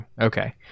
Okay